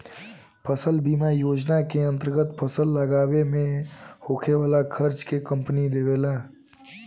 फसल बीमा योजना के अंदर फसल लागावे में होखे वाला खार्चा के कंपनी देबेला